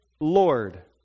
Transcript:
Lord